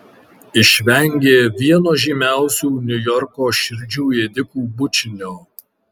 išvengė vieno žymiausių niujorko širdžių ėdikų bučinio